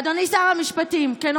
אדוני שר המשפטים, אין.